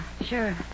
sure